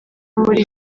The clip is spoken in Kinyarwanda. muri